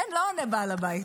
אין, לא עונה בעל הבית.